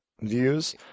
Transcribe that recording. views